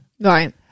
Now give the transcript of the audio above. Right